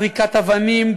זריקת אבנים,